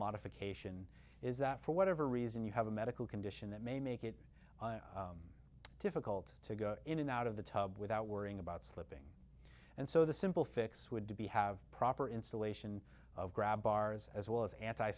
modification is that for whatever reason you have a medical condition that may make it difficult to go in and out of the tub without worrying about slipping and so the simple fix would to be have proper installation of grab bars as well as anti